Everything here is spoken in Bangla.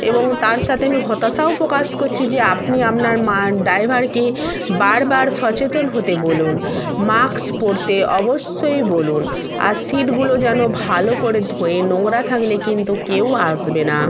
এবং তার সাথে আমি হতাশাও প্রকাশ করছি যে আপনি আপনার মা ড্রাইভারকে বারবার সচেতন হতে বলুন মাস্ক পরতে অবশ্যই বলুন আর সিটগুলো যেন ভালো করে ধোয় নোংরা থাকলে কিন্তু কেউ আসবে না